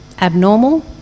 abnormal